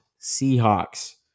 Seahawks